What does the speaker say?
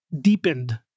deepened